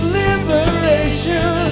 liberation